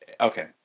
okay